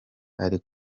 ari